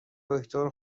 دکتر